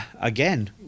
again